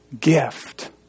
gift